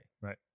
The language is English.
Right